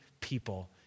people